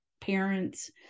parents